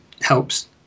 helps